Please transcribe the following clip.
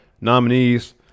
nominees